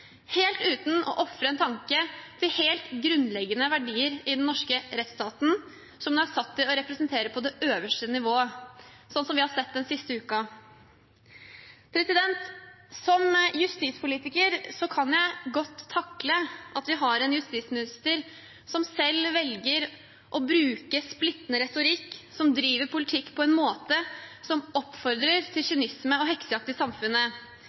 helt uten å ofre en tanke på helt grunnleggende verdier i den norske rettsstaten, som hun er satt til å representere på det øverste nivået, slik som vi har sett den siste uken. Som justispolitiker kan jeg godt takle at vi har en justisminister som selv velger å bruke splittende retorikk, som driver politikk på en måte som oppfordrer til kynisme og heksejakt i samfunnet.